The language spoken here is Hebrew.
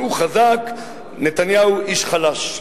הוא חזק, נתניהו איש חלש.